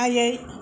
आयै